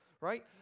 right